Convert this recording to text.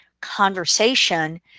conversation